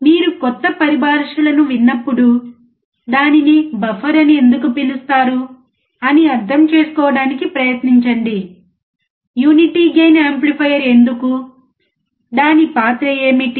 కాబట్టి మీరు క్రొత్త పరిభాషలను విన్నప్పుడు దానిని బఫర్ అని ఎందుకు పిలుస్తారు అని అర్థం చేసుకోవడానికి ప్రయత్నించండి యూనిటీ గెయిన్ యాంప్లిఫైయర్ ఎందుకు దాని పాత్ర ఏమిటి